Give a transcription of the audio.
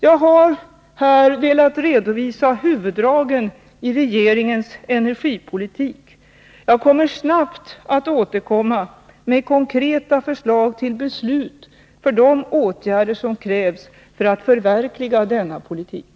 Jag har här velat redovisa huvuddragen i regeringens energipolitik. Jag skall snabbt återkomma med konkreta förslag till beslut om de åtgärder som krävs för att förverkliga denna politik.